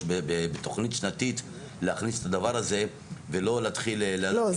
בתוכנית שנתית להכניס את הדבר הזה ולא להתחיל --- לא,